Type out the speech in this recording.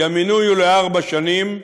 כי המינוי הוא לארבע שנים,